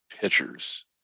pitchers